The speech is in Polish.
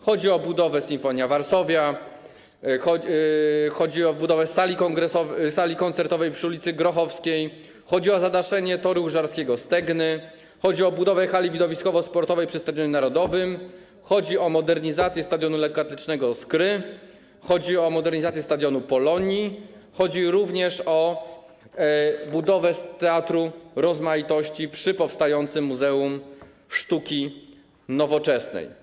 Chodzi o budowę Sinfonia Varsovia, chodzi o budowę sali koncertowej przy ul. Grochowskiej, chodzi o zadaszenie toru łyżwiarskiego Stegny, chodzi o budowę hali widowiskowo-sportowej przy Stadionie Narodowym, chodzi o modernizację stadionu lekkoatletycznego Skry, chodzi o modernizację stadionu Polonii, chodzi również o budowę Teatru Rozmaitości przy powstającym Muzeum Sztuki Nowoczesnej.